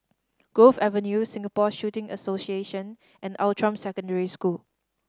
Grove Avenue Singapore Shooting Association and Outram Secondary School